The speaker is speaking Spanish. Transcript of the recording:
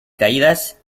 caídas